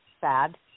sad